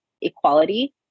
equality